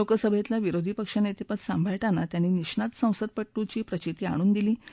लोकसभेतलं विरोधी पक्षनेतेपद सांभाळताना त्यांनी निष्णात संसदपटूची प्रचिती आणून दिली होती